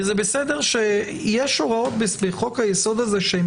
כי זה בסדר שיש הוראות בחוק-היסוד הזה שהן